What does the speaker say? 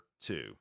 two